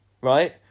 right